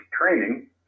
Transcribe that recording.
training